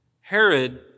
herod